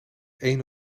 ene